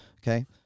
Okay